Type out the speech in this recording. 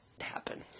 happen